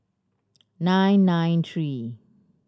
nine nine three